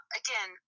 again